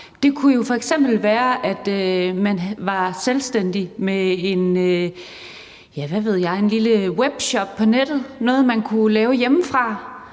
Det kunne jo f.eks. være, at man var selvstændig med en lille webshop på nettet, eller hvad ved jeg, noget, man kunne lave hjemmefra,